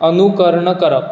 अनुकरण करप